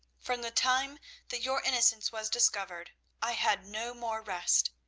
from the time that your innocence was discovered i had no more rest.